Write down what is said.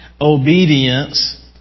obedience